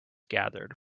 gathered